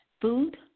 food